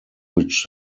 which